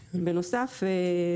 בנוסף,